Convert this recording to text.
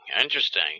Interesting